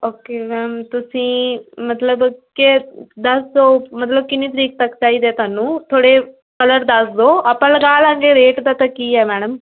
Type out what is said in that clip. okay ma'am ਤੁਸੀਂ ਮਤਲਬ ਦੱਸ ਦਿਓ ਕਿੰਨੇ ਤਰੀਕ ਤੱਕ ਚਾਹੀਦਾ ਤੁਹਾਨੂੰ ਥੋੜ੍ਹੇ ਕਲਰ ਦੱਸ ਦਿਓ ਆਪਾਂ ਲਗਾ ਲਵਾਂਗੇ ਰੇਟ ਦਾ ਤਾਂ ਕੀ ਹੈ ਮੈਡਮ